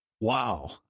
Wow